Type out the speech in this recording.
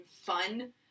fun